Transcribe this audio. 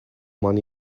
money